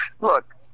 Look